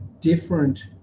different